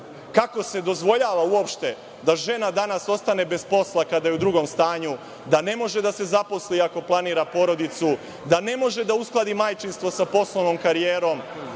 Kako se dozvoljava uopšte da žena danas ostane bez posla kada je u drugom stanju, da ne može da se zaposli ako planira porodicu, da ne može da uskladi majčinstvo sa poslovnom karijerom,